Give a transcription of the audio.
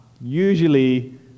usually